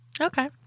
Okay